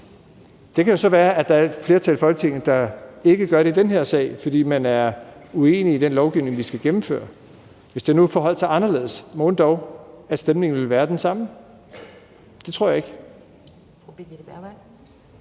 at der er et flertal i Folketinget, der ikke gør det i den her sag, fordi man er uenig i den lovgivning, vi skal gennemføre. Hvis det nu forholdt sig anderledes, mon dog stemningen ville være den samme? Det tror jeg ikke.